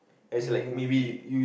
in the movie